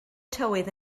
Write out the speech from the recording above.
tywydd